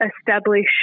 establish